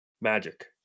magic